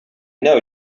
know